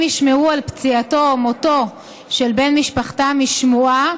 אם ישמעו על פציעתו או על מותו של בן משפחתם משמועה,